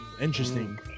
Interesting